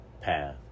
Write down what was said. path